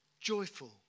Joyful